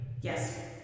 Yes